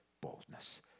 boldness